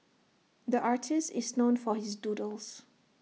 the artist is known for his doodles